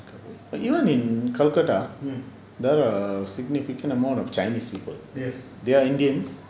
but even in kolkata there are a significant amount of chinese people they are indians